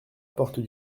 porte